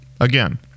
Again